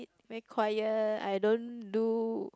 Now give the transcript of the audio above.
make quiet I don't do